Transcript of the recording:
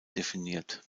definiert